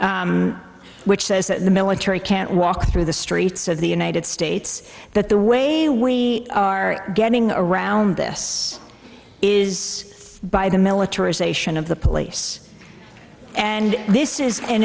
states which says that the military can't walk through the streets of the united states that the way we are getting around this is by the militarization of the police and this is an